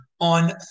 on